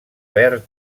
verd